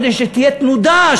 כדי שתהיה תנודה,